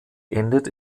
endet